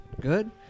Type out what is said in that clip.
good